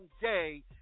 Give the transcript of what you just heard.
day